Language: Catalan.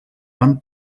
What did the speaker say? van